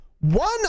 one